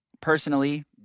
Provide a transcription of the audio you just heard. personally